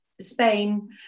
Spain